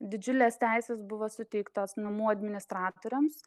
didžiulės teisės buvo suteiktos namų administratoriams